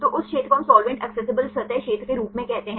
तो उस क्षेत्र को हम साल्वेंट एक्सेसिबल सतह क्षेत्र के रूप में कहते हैं